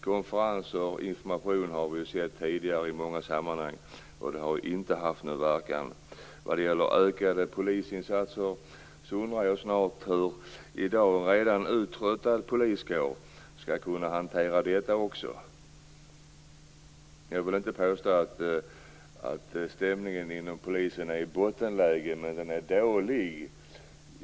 Konferenser och information har vi sett tidigare i många sammanhang, och det har inte haft någon verkan. Vad gäller ökade polisinsatser undrar jag snart hur en i dag redan uttröttad poliskår skall kunna hantera detta också. Jag vill inte påstå att stämningen inom polisen är i bottenläge, men den är dålig.